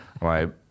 Right